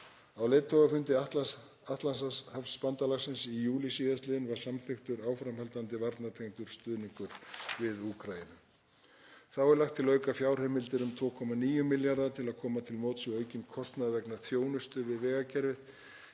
Á leiðtogafundi Atlantshafsbandalagsins í júlí sl. var samþykktur áframhaldandi varnartengdur stuðningur við Úkraínu. Þá er lagt til að auka fjárheimildir um 2,9 milljarða kr. til að koma til móts við aukinn kostnað vegna þjónustu við vegakerfið